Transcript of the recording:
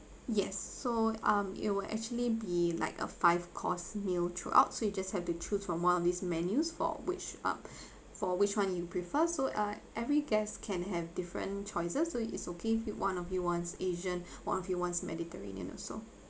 yes so um it will actually be like a five course meal throughout so you just have to choose from one of these menus for which uh for which one you prefer so uh every guests can have different choices so is okay if one of you want asian one of you wants mediterranean also